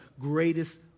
greatest